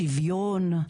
שוויון.